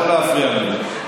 לא להפריע לי.